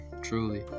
truly